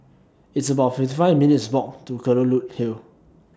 It's about fifty five minutes' Walk to Kelulut Hill